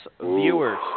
viewers